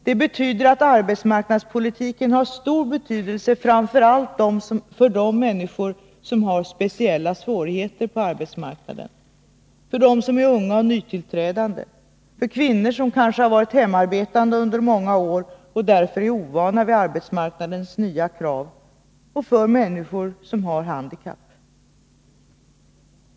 Det innebär att arbetsmarknadspolitiken har stor betydelse framför allt för de människor som har speciella svårigheter på arbetsmarknaden, unga och nytillträdande, kvinnor som kanske har varit hemarbetande under många år och därför är ovana vid arbetsmarknadens nya krav samt handikappade.